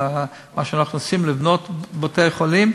עם מה שאנחנו מנסים לבנות בבתי-החולים,